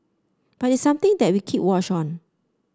but it's something that we keep watch on